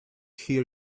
hear